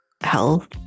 health